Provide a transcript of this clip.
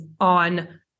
on